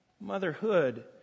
motherhood